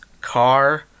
car